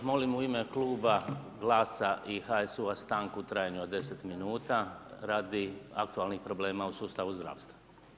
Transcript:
Molim u ime kluba GLAS-a i HSU-a stanku u trajanju od 10 minuta radi aktualnih problema u sustavu zdravstva.